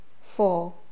Four